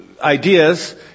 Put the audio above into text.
ideas